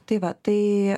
tai va tai